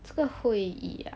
这个 hui yi ah